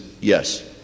yes